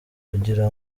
kugira